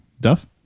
Duff